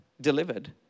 delivered